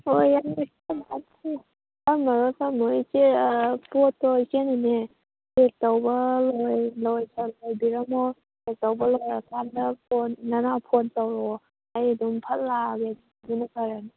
ꯑꯣ ꯌꯥꯅꯤ ꯐꯝꯃꯔꯣꯏ ꯐꯝꯃꯔꯣꯏ ꯏꯆꯦ ꯄꯣꯠꯇꯣ ꯏꯆꯦꯅꯅꯦ ꯄꯦꯛ ꯇꯧꯕ ꯂꯣꯏꯕꯤꯔꯝꯃꯣ ꯄꯦꯛ ꯇꯧꯕ ꯂꯣꯏꯔꯀꯥꯟꯗ ꯐꯣꯟ ꯅꯅꯥꯎ ꯐꯣꯟ ꯇꯧꯔꯛꯑꯣ ꯑꯩ ꯑꯨꯗꯝ ꯐꯠ ꯂꯥꯛꯑꯒꯦ ꯑꯗꯨꯅ ꯐꯔꯅꯤ